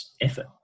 effort